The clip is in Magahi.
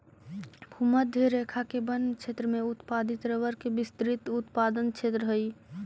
भूमध्य रेखा के वन क्षेत्र में उत्पादित रबर के विस्तृत उत्पादन क्षेत्र हइ